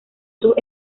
sus